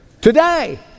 Today